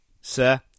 Sir